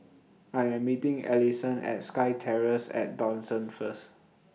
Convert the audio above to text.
I Am meeting Allyson At SkyTerrace At Dawson First